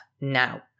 now